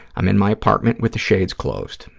i'm in my apartment with the shades closed.